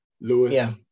lewis